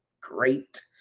great